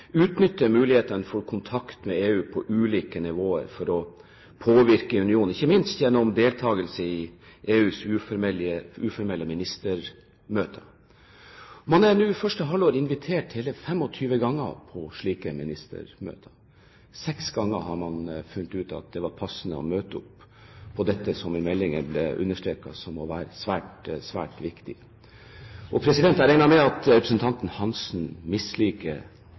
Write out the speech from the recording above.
utnytte mulighetene for kontakt med EU på ulike nivåer for å påvirke unionen, ikke minst gjennom deltakelse i EUs uformelle ministermøter. I første halvår var man invitert hele 25 ganger på slike ministermøter. Seks ganger har man funnet at det var passende å møte opp – og dette ble i meldingen understreket som svært, svært viktig. Jeg regner med at representanten Hansen misliker